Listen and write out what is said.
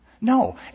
no